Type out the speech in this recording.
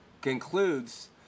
concludes